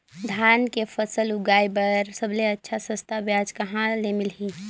धान के फसल उगाई बार सबले अच्छा सस्ता ब्याज कहा ले मिलही?